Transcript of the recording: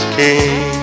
king